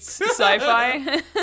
sci-fi